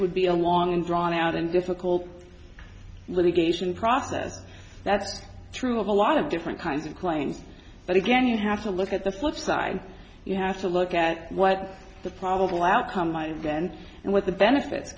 would be a long drawn out and difficult litigation process that's true of a lot of different kinds of claims but again you have to look at the flip side you have to look at what the probable outcome might have then and what the benefits